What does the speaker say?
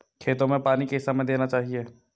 खेतों में पानी किस समय देना चाहिए?